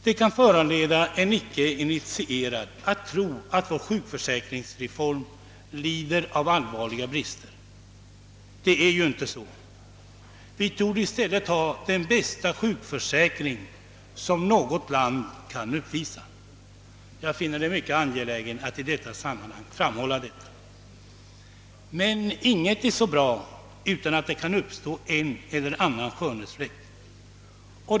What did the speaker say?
Det kan få en icke initierad att tro att vår sjukförsäkringsreform lider av allvarliga brister. Det är inte så. Vi torde i stället ha den bästa sjukförsäkring som något land kan uppvisa. Jag finner det mycket angeläget att i detta sammanhang fram hålla detta. Men inget är så bra att det inte kan ha en eller annan skönhetsfläck.